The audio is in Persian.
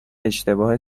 اشتباه